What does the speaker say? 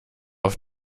auf